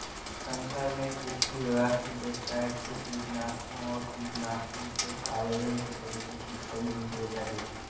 शंकर ने कृषि विभाग की वेबसाइट से कीटनाशकों और कीटनाशकों के आवेदन के तरीके की सही रूपरेखा देखी